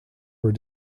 were